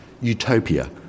utopia